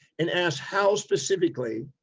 and ask, how specifically,